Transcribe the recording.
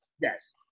yes